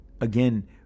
again